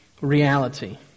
reality